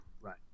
Right